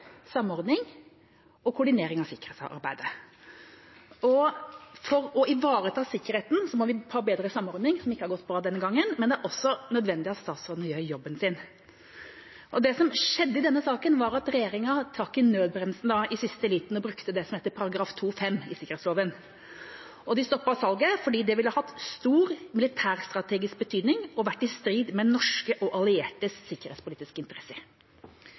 samordning og koordinering av sikkerhetsarbeidet. For å ivareta sikkerheten må vi ha bedre samordning, som ikke har gått bra denne gangen, men det er også nødvendig at statsråden gjør jobben sin. Det som skjedde i denne saken, var at regjeringa trakk i nødbremsen i siste liten og brukte § 2-5 i sikkerhetsloven. De stoppet salget fordi det ville hatt stor militærstrategisk betydning og vært i strid med norske og alliertes sikkerhetspolitiske interesser.